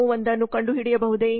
ನಾವು ಒಂದನ್ನು ಕಂಡುಹಿಡಿಯಬಹುದೇ